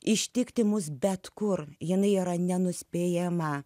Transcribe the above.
ištikti mus bet kur jinai yra nenuspėjama